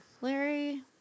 Larry